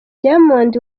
diamond